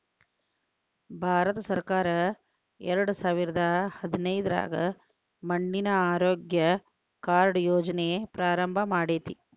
ಭಾರತಸರ್ಕಾರ ಎರಡಸಾವಿರದ ಹದಿನೈದ್ರಾಗ ಮಣ್ಣಿನ ಆರೋಗ್ಯ ಕಾರ್ಡ್ ಯೋಜನೆ ಪ್ರಾರಂಭ ಮಾಡೇತಿ